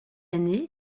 année